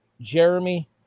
Jeremy